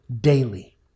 daily